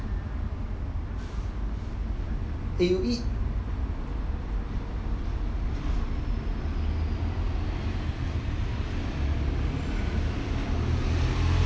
eh you eat